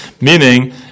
meaning